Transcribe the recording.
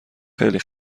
خیلی